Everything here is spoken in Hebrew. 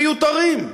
מיותרים.